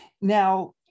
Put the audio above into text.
Now